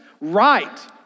right